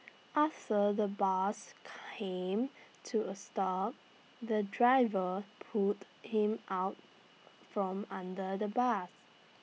after the bus came to A stop the driver pulled him out from under the bus